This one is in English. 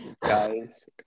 guys